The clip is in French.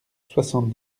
soixante